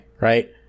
right